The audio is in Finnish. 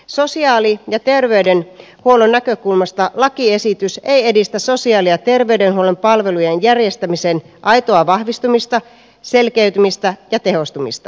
sosiaali ja terveydenhuollon näkökulmasta lakiesitys ei edistä sosiaali ja terveydenhuollon palvelujen järjestämisen aitoa vahvistumista selkeytymistä ja tehostumista